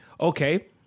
Okay